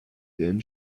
then